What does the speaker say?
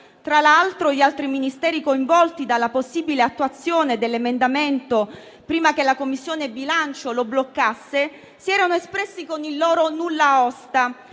Tra l'altro, gli altri Ministeri coinvolti dalla possibile attuazione dell'emendamento, prima che la Commissione bilancio lo bloccasse, si erano espressi con il loro nulla osta.